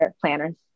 planners